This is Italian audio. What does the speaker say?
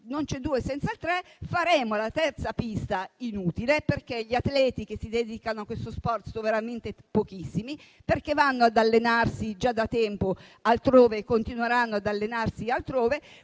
non c'è due senza tre - faremo la terza pista inutile, perché gli atleti che si dedicano a questo sforzo sono veramente pochissimi, perché vanno ad allenarsi già da tempo altrove e continueranno ad allenarsi altrove.